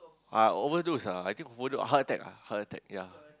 uh overdose ah I think overdose heart attack heart attack yea